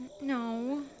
No